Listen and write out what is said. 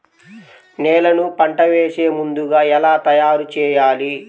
నేలను పంట వేసే ముందుగా ఎలా తయారుచేయాలి?